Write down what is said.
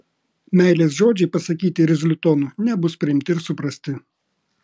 meilės žodžiai pasakyti irzliu tonu nebus priimti ir suprasti